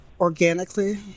organically